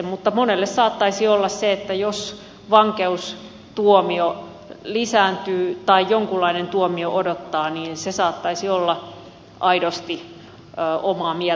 mutta monelle se että vankeustuomio lisääntyy tai jonkunlainen tuomio odottaa saattaisi olla aidosti omaa mieltä hillitsevä tekijä